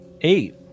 Eight